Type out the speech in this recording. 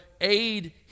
aid